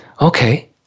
okay